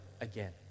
again